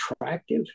attractive